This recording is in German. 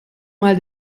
mal